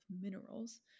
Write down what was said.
minerals